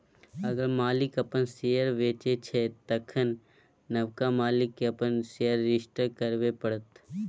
अगर मालिक अपन शेयर बेचै छै तखन नबका मालिक केँ अपन शेयर रजिस्टर करबे परतै